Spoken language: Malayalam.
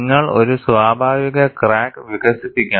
നിങ്ങൾ ഒരു സ്വാഭാവിക ക്രാക്ക് വികസിപ്പിക്കണം